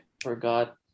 forgot